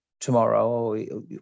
tomorrow